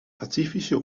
pazifische